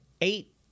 eight